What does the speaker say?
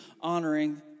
honoring